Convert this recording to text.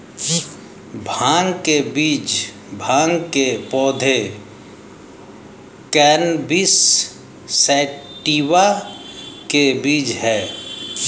भांग के बीज भांग के पौधे, कैनबिस सैटिवा के बीज हैं